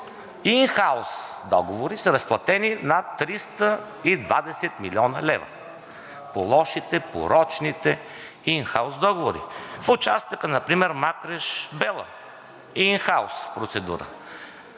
ин хаус договори са разплатени над 320 млн. лв. – по лошите, порочните ин хаус договори! В участъка например Макреш – Бела, ин хаус процедура,